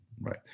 right